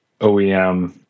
OEM